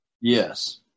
Yes